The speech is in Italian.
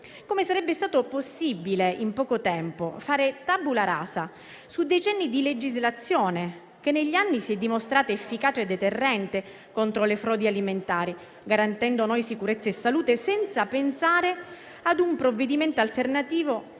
come sarebbe stato possibile in poco tempo fare *tabula rasa* di decenni di legislazione, che negli anni si è dimostrata efficace e deterrente contro le frodi alimentari, garantendo a noi sicurezza e salute, senza pensare a un provvedimento alternativo